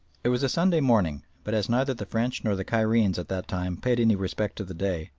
it was a sunday morning, but as neither the french nor the cairenes at that time paid any respect to the day,